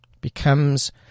becomes